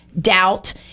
doubt